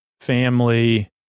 family